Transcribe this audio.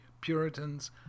Puritans